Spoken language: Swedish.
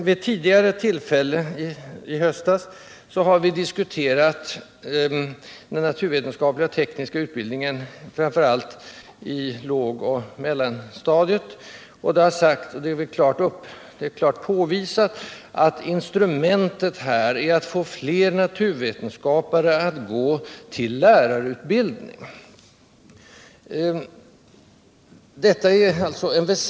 Vid ett tidigare tillfälle diskuterade vi den naturvetenskapliga och tekniska utbildningen framför allt på lågoch mellanstadiet. Det har sagts —och det är ofrånkomligt — att det här först och främst är nödvändigt att få fler naturvetenskapare att gå till lärarutbildning.